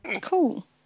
cool